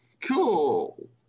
cool